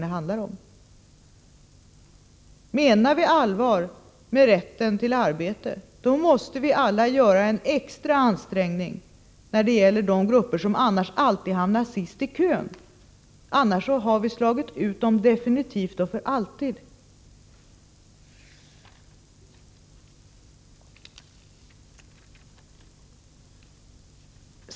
Menar vi allvar med talet om människors rätt till arbete, då måste vi alla göra en extra ansträngning för de grupper som annars alltid hamnar sist i kön. Om vi inte gör det, då har vi slagit ut dem definitivt och för alltid.